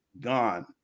Gone